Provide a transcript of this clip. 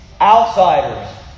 Outsiders